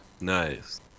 Nice